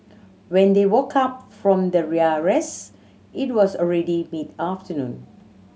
when they woke up from the rest it was already mid afternoon